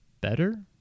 better